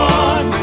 one